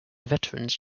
veterans